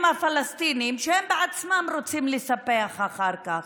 הפלסטיניים שהם בעצמם רוצים לספח אחר כך.